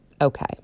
Okay